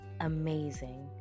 Amazing